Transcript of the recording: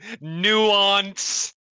Nuance